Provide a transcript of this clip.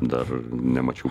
dar nemačiau